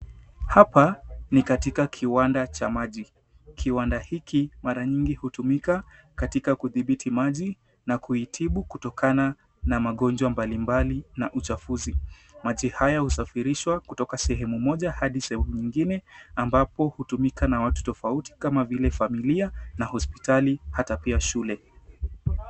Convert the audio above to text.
Hapa ni katika kiwanda cha maji. Kiwanda hiki mara nyingi hutumika katika kudhibiti maji na kuitibu kutokana na magonjwa mbalimbali na uchafuzi. Maji haya husafirishwa kutoka sehemu moja hadi sehemu nyingine ambapo hutumika na watu tofauti kama vile familia na hospitali hata pia shule.